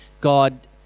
God